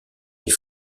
les